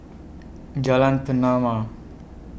Jalan Pernama